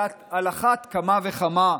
על אחת כמה וכמה,